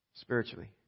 Spiritually